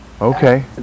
Okay